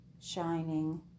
shining